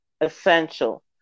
essential